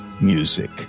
music